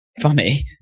Funny